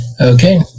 Okay